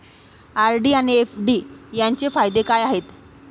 RD आणि FD यांचे फायदे काय आहेत?